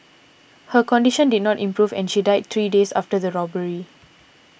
her condition did not improve and she died three days after the robbery